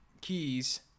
keys